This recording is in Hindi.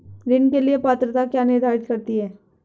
ऋण के लिए पात्रता क्या निर्धारित करती है?